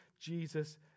Jesus